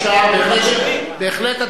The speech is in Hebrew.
אפשר בהחלט,